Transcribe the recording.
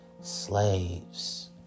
slaves